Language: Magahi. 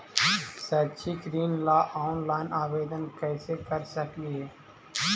शैक्षिक ऋण ला ऑनलाइन आवेदन कैसे कर सकली हे?